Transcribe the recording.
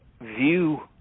view